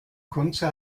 kunze